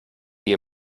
die